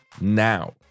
now